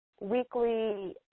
weekly